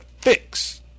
fix